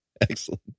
excellent